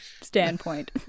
standpoint